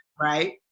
Right